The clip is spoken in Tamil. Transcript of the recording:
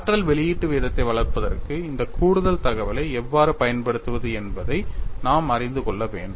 ஆற்றல் வெளியீட்டு வீதத்தை வளர்ப்பதற்கு இந்த கூடுதல் தகவலை எவ்வாறு பயன்படுத்துவது என்பதை நாம் அறிந்து கொள்ள வேண்டும்